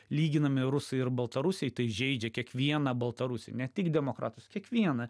lyginami rusai ir baltarusiai tai žeidžia kiekvieną baltarusį ne tik demokratas kiekvieną